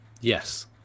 Yes